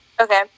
Okay